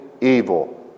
evil